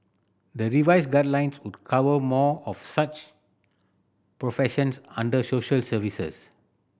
the revised guidelines would cover more of such professions under social services